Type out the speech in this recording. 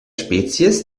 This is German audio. spezies